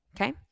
Okay